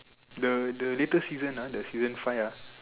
the the latest season ah the season five ah